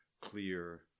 clear